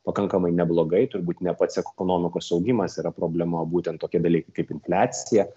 pakankamai neblogai turbūt ne pats ekonomikos augimas yra problema būtent tokie dalykai kaip infliacija